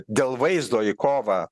dėl vaizdo į kovą